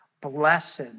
blessed